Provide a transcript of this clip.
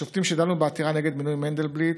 השופטים שדנו בעתירה נגד מינוי מנדלבליט